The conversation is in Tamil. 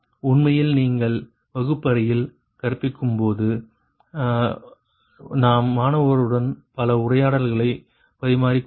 உண்மையில் நீங்கள் வகுப்பறையில் கற்ப்பிக்கும்போது நாம் மாணவருடன் பல உரையாடல்களை பரிமாறிக்கொள்வோம்